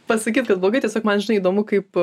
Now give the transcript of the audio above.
pasakyt kad blogai tiesiog man žinai įdomu kaip